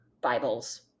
Bibles